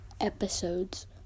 episodes